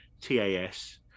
TAS